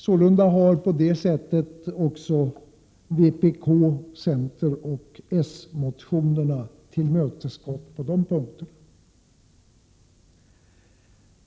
Sålunda har kraven i vpk-, centeroch s-motionerna tillmötesgåtts.